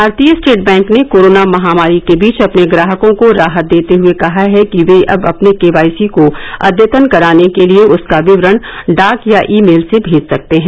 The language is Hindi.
भारतीय स्टेट बैंक ने कोरोना महामारी के बीच अपने ग्राहकों को राहत देते हुए कहा है कि वे अब अपने केवाईसी को अद्यतन कराने के लिए उसका विवरण डाक या ई मेल से भेज सकते है